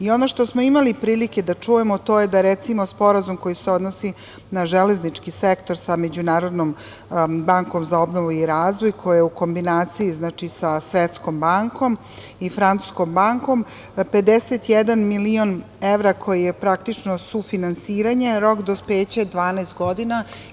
Ono što smo imali prilike da čujemo to je da, recimo, Sporazum koji se odnosi na železnički sektor sa Međunarodnom bankom za obnovu i razvoj, koja je u kombinaciji sa Svetskom bankom i Francuskom bankom, 51 milion evra koji je praktično sufinansiranje, rok dospeća je 12 godina.